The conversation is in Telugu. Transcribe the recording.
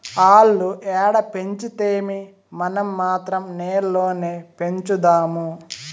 ఆల్లు ఏడ పెంచితేమీ, మనం మాత్రం నేల్లోనే పెంచుదాము